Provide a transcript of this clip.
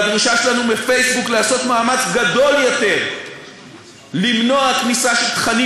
והדרישה שלנו מפייסבוק היא לעשות מאמץ גדול יותר למנוע כניסה של תכנים